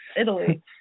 Italy